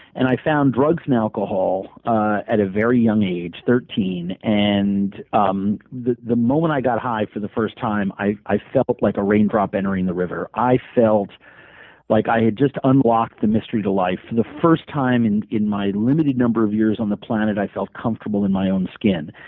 and i found drugs and alcohol at a very young age, and um the the moment i got high for the first time, i i felt like a raindrop entering the river. i felt like i had just unlocked the mystery to life. the first time in in my limited number of years on the planet, i felt comfortable in my own skin.